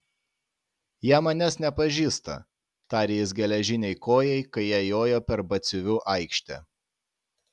jie manęs nepažįsta tarė jis geležinei kojai kai jie jojo per batsiuvių aikštę